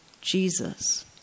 Jesus